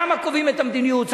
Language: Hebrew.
שמה קובעים את המדיניות.